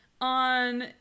on